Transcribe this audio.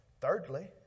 Thirdly